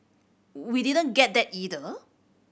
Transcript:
we didn't get that either